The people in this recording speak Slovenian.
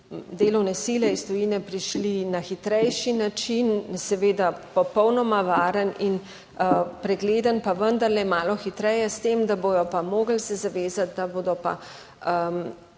delovne sile iz tujine prišli na hitrejši način, seveda popolnoma varen in pregleden, pa vendarle malo hitreje. s tem, da bodo pa mogli se zavezati, da bodo pa intenzivno